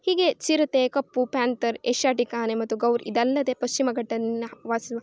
ಹೀಗೆ ಚಿರತೆ ಕಪ್ಪು ಪ್ಯಾಂತರ್ ಏಷ್ಯಾಟಿಕ್ ಆನೆ ಮತ್ತು ಗೌರ್ ಇದಲ್ಲದೆ ಪಶ್ಚಿಮ ಘಟ್ಟನ್ನ ವಾಸು